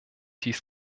dies